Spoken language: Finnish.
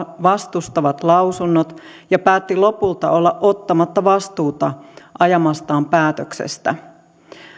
vastustavat lausunnot ja päätti lopulta olla ottamatta vastuuta ajamastaan päätöksestä